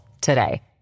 today